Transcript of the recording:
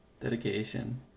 Dedication